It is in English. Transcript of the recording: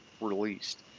released